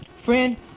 friend